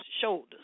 shoulders